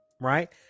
right